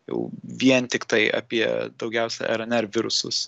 jau vien tiktai apie daugiausia rnr virusus